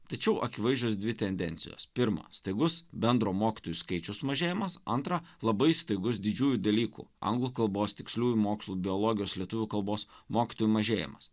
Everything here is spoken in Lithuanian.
tačiau akivaizdžios dvi tendencijos pirma staigus bendro mokytojų skaičiaus sumažėjimas antra labai staigus didžiųjų dalykų anglų kalbos tiksliųjų mokslų biologijos lietuvių kalbos mokytojų mažėjimas